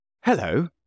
Hello